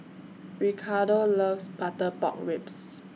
Ricardo loves Butter Pork Ribs